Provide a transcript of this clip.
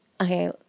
okay